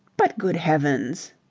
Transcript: but, good heavens.